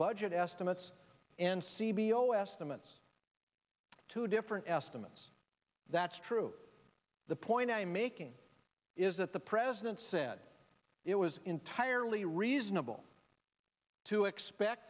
budget estimates and see below estimates are two different estimates that's true the point i'm making is that the president said it was entirely reasonable to expect